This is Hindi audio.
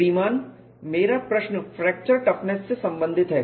श्रीमान मेरा प्रश्न फ्रैक्चर टफनेस परीक्षण से संबंधित है